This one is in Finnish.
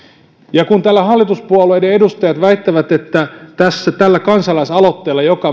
täällä hallituspuolueiden edustajat väittävät että tällä kansalaisaloitteella joka